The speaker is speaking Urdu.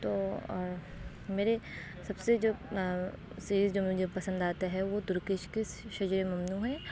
تو اور میرے سب سے جو سریز جو مجھے پسند آتا ہے وہ ترکش کے شجر ممنوع ہے